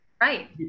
Right